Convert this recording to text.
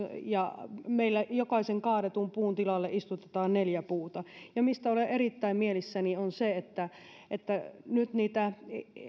ja meillä jokaisen kaadetun puun tilalle istutetaan neljä puuta se mistä olen erittäin mielissäni on se että että nyt niitä